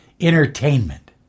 entertainment